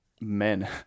men